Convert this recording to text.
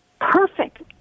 perfect